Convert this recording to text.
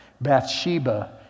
Bathsheba